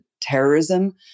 terrorism